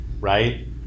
Right